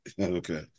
Okay